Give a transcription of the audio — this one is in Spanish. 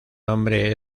nombre